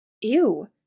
Ew